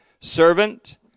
Servant